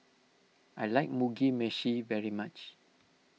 I like Mugi Meshi very much